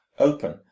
open